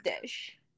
dish